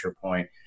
point